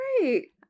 great